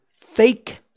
fake